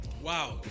Wow